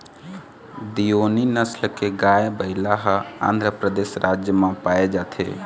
देओनी नसल के गाय, बइला ह आंध्रपरदेस राज म पाए जाथे